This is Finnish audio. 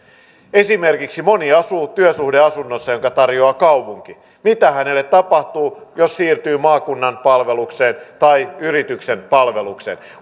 esimerkiksi moni asuu työsuhdeasunnossa jonka tarjoaa kaupunki mitä hänelle tapahtuu jos siirtyy maakunnan palvelukseen tai yrityksen palvelukseen